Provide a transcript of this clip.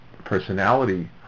personality